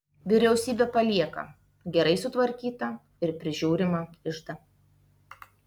vyriausybė palieka gerai sutvarkytą ir prižiūrimą iždą